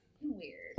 Weird